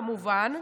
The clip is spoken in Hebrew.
כמובן,